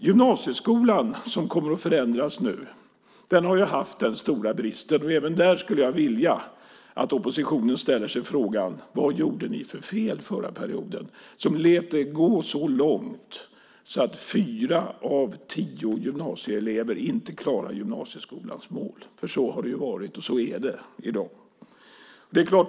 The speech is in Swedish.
Gymnasieskolan kommer att förändras nu. Den har haft stora brister. Även där skulle jag vilja att oppositionen ställer sig frågan: Vad gjorde vi för fel under den förra perioden som lät det gå så långt att fyra av tio gymnasieelever inte klarade gymnasieskolans mål? Så har det varit, och så är det i dag.